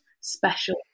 special